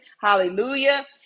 hallelujah